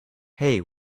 hey